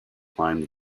climbed